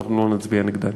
אנחנו לא נצביע נגדן.